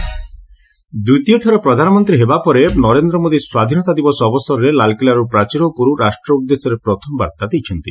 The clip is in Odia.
ପିଏମ ଡେ ଦ୍ୱିତୀୟ ଥର ପ୍ରଧାନମନ୍ତ୍ରୀ ହେବା ପରେ ନରେନ୍ଦ୍ର ମୋଦି ସ୍ୱାଧୀନତା ଦିବସ ଅବସରରେ ଲାଲକିଲ୍ଲାର ପ୍ରାଚୀର ଉପରୁ ରାଷ୍ଟ୍ର ଉଦ୍ଦେଶ୍ୟରେ ପ୍ରଥମ ବାର୍ଭା ଦେଇଛନ୍ତି